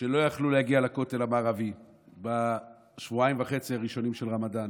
שלא יכלו להגיע לכותל המערבי בשבועיים וחצי הראשונים של הרמדאן.